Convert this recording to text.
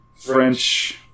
French